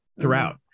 throughout